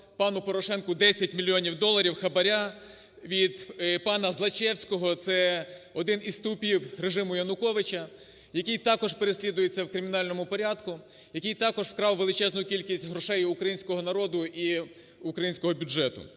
пану Порошенку 10 мільйонів доларів хабара від пана Злочевського - це один із стовпів режиму Януковича, який також переслідується в кримінальному порядку, який також вкрав величезну кількість грошей у українського народу і у українського бюджету.